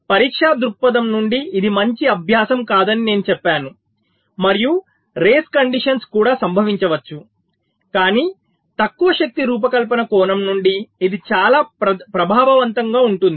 పరీక్షా దృక్పథం నుండి ఇది మంచి అభ్యాసం కాదని నేను చెప్పాను మరియు రేస్ కండిషన్స్ కూడా సంభవించవచ్చు కానీ తక్కువ శక్తి రూపకల్పన కోణం నుండి ఇది చాలా ప్రభావవంతంగా ఉంటుంది